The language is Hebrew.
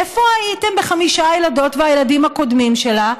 איפה הייתם בחמשת הילדות והילדים הקודמים שלה?